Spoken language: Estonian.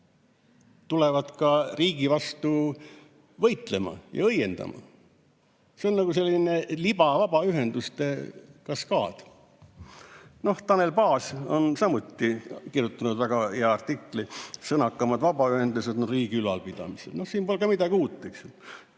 tulevad ka riigi vastu võitlema ja õiendama. See on nagu selline libavabaühenduste kaskaad. Tanel Paas on samuti kirjutanud väga hea artikli, "Sõnakamad vabaühendused on riigi ülalpidamisel". Siin pole ka midagi uut, eks